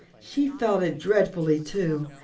she felt it dreadfully, too,